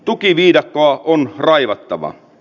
tukiviidakkoa on raivattava